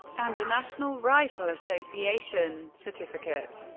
and a national rifle association certificate.